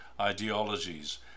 ideologies